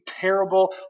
terrible